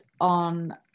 on